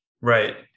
right